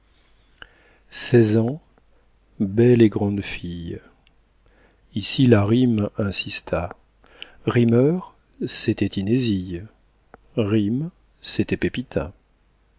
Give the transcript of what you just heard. seize ans belle et grande fille ici la rime insista rimeur c'était inésille rime c'était pepita